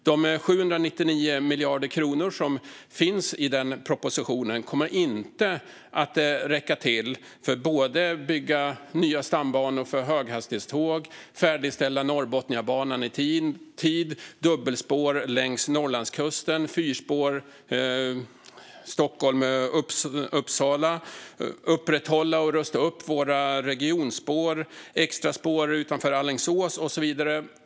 De 799 miljarder kronor som finns i propositionen kommer inte att räcka till för att både bygga nya stambanor för höghastighetståg, färdigställa Norrbotniabanan i tid, bygga dubbelspår längs Norrlandskusten och fyrspår mellan Stockholm och Uppsala, upprätthålla och rusta upp våra regionspår, bygga extraspår utanför Alingsås och så vidare.